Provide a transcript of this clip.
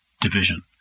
division